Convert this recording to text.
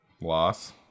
Loss